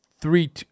three